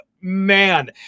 man